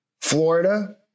Florida